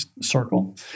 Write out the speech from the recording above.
circle